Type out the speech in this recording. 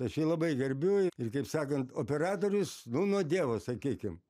aš jį labai gerbiu i ir kaip sakant operatorius nu nuo dievo sakykim